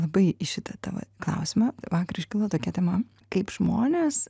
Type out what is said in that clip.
labai į šitą tą vat klausimą vakar iškilo tokia tema kaip žmonės